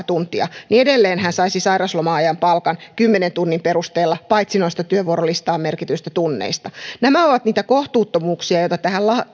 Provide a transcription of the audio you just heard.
tuntia niin edelleen hän saisi sairausloma ajan palkan kymmenen tunnin perusteella paitsi noista työvuorolistaan merkityistä tunneista nämä ovat niitä kohtuuttomuuksia joita tähän